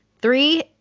Three